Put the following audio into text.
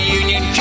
union